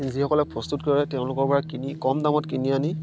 যিসকলে প্ৰস্তুত কৰে তেওঁলোকৰ পৰা কিনি কম দামত কিনি আনি